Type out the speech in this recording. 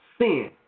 sin